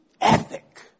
ethic